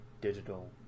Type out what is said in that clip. digital